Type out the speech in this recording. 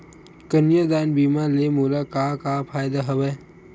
कन्यादान बीमा ले मोला का का फ़ायदा हवय?